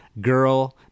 girl